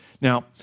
Now